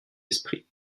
esprit